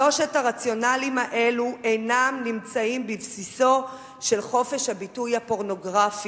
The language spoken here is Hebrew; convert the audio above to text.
שלושת הרציונלים האלו אינם נמצאים בבסיסו של חופש הביטוי הפורנוגרפי.